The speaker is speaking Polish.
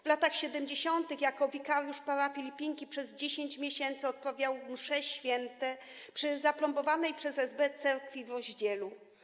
W latach 70. jako wikariusz parafii Lipinki przez 10 miesięcy odprawiał msze św. przy zaplombowanej przez SB cerkwi w Rozdzielu.